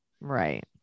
Right